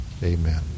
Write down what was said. Amen